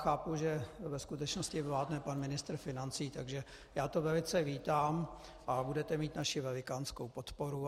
Chápu, že ve skutečnosti vládne pan ministr financí, takže já to velice vítám a budete mít naši velikánskou podporu.